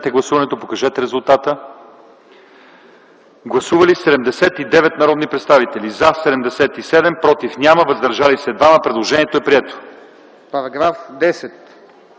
Гласували 77 народни представители: за 12, против 58, въздържали се 7. Предложението не е прието.